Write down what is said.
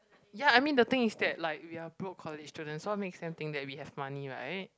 ya I mean the thing is that like we are broke college students what makes them think that we have money right